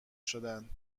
شدند